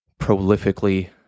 prolifically